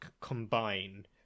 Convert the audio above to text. combine